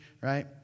right